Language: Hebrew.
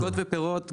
בירקות ופירות,